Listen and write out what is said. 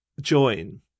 join